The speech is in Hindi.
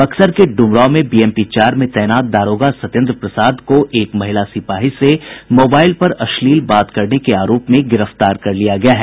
बक्सर के ड्मरांव के बीएमपी चार में तैनात दारोगा सत्येन्द्र प्रसाद को एक महिला सिपाही से मोबाईल पर अश्लील बात करने के आरोप में गिरफ्तार कर लिया गया है